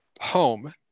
home